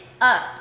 up